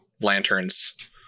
lanterns